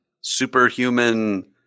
Superhuman